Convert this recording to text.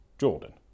Jordan